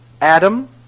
Adam